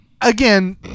Again